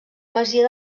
masia